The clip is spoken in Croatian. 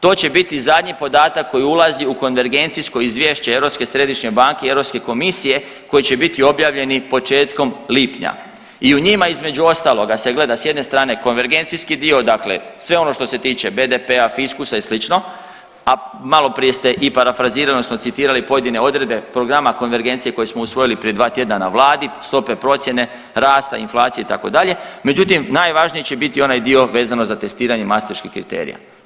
To će biti zadnji podatak koji ulazi u konvergencijsko izvješće Europske središnje banke i Europske komisije koji će biti objavljeni početkom lipnja i u njima između ostaloga se gleda s jedne strane konvergencijski dio, dakle sve ono što se tiče BDP-a, fiskusa i slično, a maloprije ste i parafrazirali odnosno citirali pojedine odredbe programa konvergencije koje smo usvojili prije dva tjedna na vladi, stope procjene, rasta inflacije itd., međutim najvažnije će biti onaj dio vezano za testiranje mastriških kriterija.